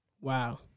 Wow